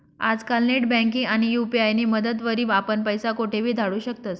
आजकाल नेटबँकिंग आणि यु.पी.आय नी मदतवरी आपण पैसा कोठेबी धाडू शकतस